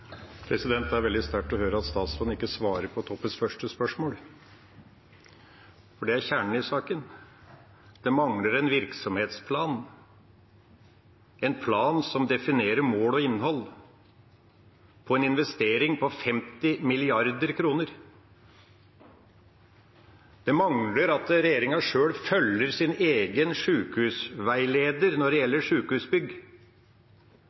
Det er veldig sterkt å høre at statsråden ikke svarer på Toppes første spørsmål, for det er kjernen i saken. Det mangler en virksomhetsplan, en plan som definerer mål og innhold på en investering på 50 mrd. kr. Det mangler at regjeringa sjøl følger sin egen sjukehusveileder når det